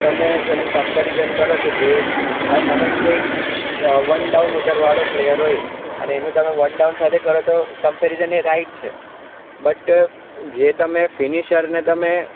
તમે એની કંપેરિઝન કરો કે જે હવે માનો કે કોઈ વનડાઉન ઉતરવા વાળો પ્લેયર હોય અને એનું તમે વનડાઉન સાથે કરો તો કંપેરિઝન એ રાઇટ છે બટ જે તમે ફિનિશરને તમે